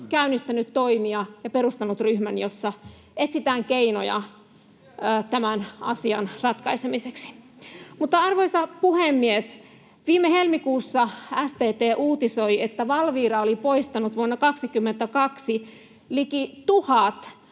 käynnistänyt toimia ja perustanut ryhmän, jossa etsitään keinoja tämän asian ratkaisemiseksi. Mutta, arvoisa puhemies! Viime helmikuussa STT uutisoi, että Valvira oli poistanut vuonna 22 liki tuhat